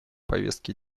повестке